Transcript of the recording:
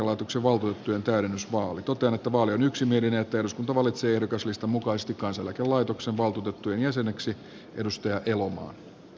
totean että vaali on yksimielinen ja että eduskunta valitsee ehdokaslistan mukaisesti kansaneläkelaitoksen valtuutettujen jäseneksi ritva elomaan